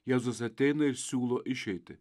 jėzus ateina ir siūlo išeitį